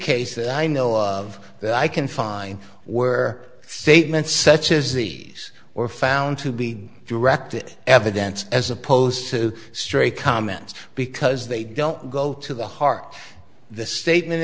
case that i know of that i can find were statements such as these were found to be direct evidence as opposed to straight comments because they don't go to the heart the statement